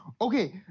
Okay